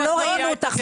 ולא ראינו אותך.